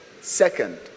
Second